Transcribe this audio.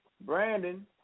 Brandon